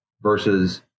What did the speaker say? Versus